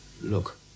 Look